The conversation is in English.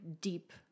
deep